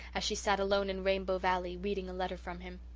as she sat alone in rainbow valley, reading a letter from him,